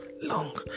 long